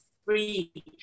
free